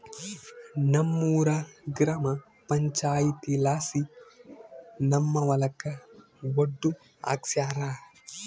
ನಮ್ಮೂರ ಗ್ರಾಮ ಪಂಚಾಯಿತಿಲಾಸಿ ನಮ್ಮ ಹೊಲಕ ಒಡ್ಡು ಹಾಕ್ಸ್ಯಾರ